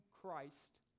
Christ